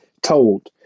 told